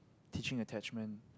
teaching attachment